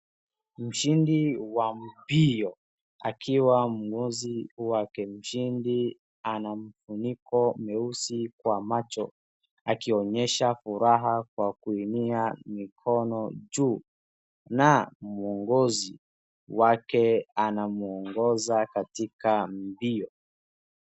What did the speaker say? Mshindi wa mbio akiwa na mwongozi wake, mshindi ana mfuniko nyeusi kwa macho yake akionyesha furaha kwa kuinua mkono juu na mwongozi wake anamuongoza katika mbio.